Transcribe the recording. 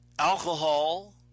alcohol